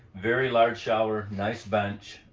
very large shower, nice bench,